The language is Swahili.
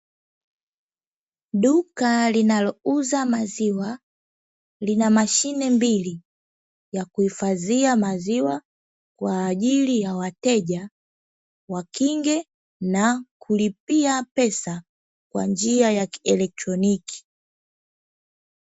Duka linalouza maziwa linamashine mbili ya kuhifadhia maziwa kwajili ya wateja wakinge na kulipia pesa kwanjia ya kielotroniki.